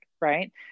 right